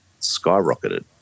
skyrocketed